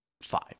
five